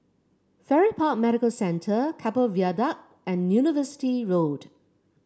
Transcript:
Farrer Park Medical Centre Keppel Viaduct and University Road